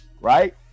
right